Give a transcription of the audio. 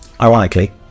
ironically